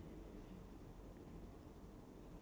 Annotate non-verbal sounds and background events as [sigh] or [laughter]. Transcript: [laughs] uh